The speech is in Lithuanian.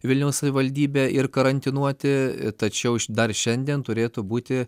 vilniaus savivaldybė ir karantinuoti tačiau dar šiandien turėtų būti